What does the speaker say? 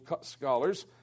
scholars